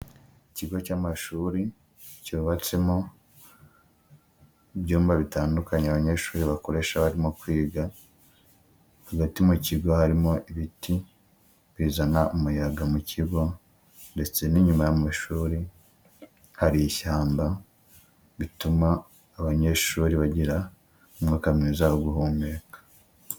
Ikigo cy'amashuri cyubatsemo ibyumba bitandukanye abanyeshuri bakoresha barimo kwiga, hagati mu kigo harimo ibiti bizana umuyaga mu kigo ndetse n'inyuma y'amashuri hari ishyamba, bituma abanyeshuri bagira umwuka mwiza wo guhumeka.